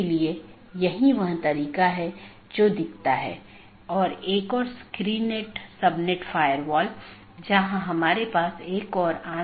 दूसरा अच्छी तरह से ज्ञात विवेकाधीन एट्रिब्यूट है यह विशेषता सभी BGP कार्यान्वयन द्वारा मान्यता प्राप्त होनी चाहिए